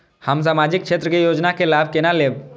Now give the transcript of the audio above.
हम सामाजिक क्षेत्र के योजना के लाभ केना लेब?